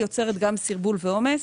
יוצרת גם סרבול ועומס.